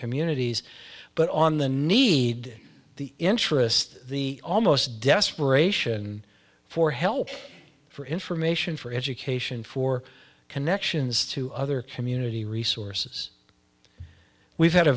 communities but on the need the interest the almost desperation for help for information for education for connections to other community resources we've had a